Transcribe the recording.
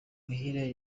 muhire